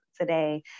today